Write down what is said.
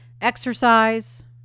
Exercise